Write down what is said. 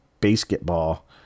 Basketball